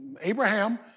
Abraham